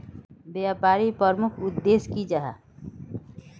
व्यापारी प्रमुख उद्देश्य की जाहा?